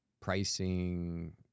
pricing